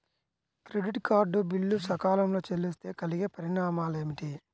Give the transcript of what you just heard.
Credit card bill సకాలంలో చెల్లిస్తే కలిగే పరిణామాలేమిటి?